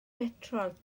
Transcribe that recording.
betrol